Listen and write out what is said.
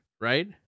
right